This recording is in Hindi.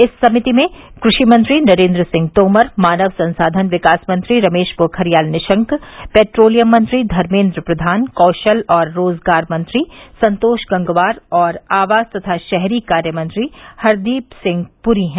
इस समिति में कृषि मंत्री नरेंद्र सिंह तोमर मानव संसाधन विकास मंत्री रमेश पोखरियाल निशंक पेट्रोलियम मंत्री धर्मेद्र प्रधान कौशल और रोजगार मंत्री संतोष गंगवार और आवास तथा शहरी कार्य मंत्री हरदीप सिंह पुरी शमिल हैं